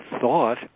thought